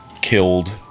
killed